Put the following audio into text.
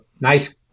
nice